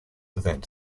event